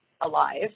alive